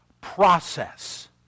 process